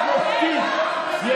קוראים לה מירב בן ארי.